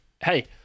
hey